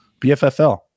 BFFL